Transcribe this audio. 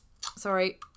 Sorry